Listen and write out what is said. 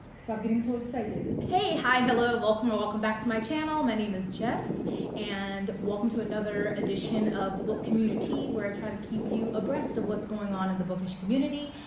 stop getting so excited. hey, hi, hello. welcome or welcome back to my channel. my name is jess and welcome to another edition of book communitea where i try to keep you abreast of what's going on in the bookish community.